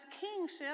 kingship